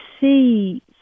see